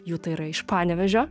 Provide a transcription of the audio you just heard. juta yra iš panevėžio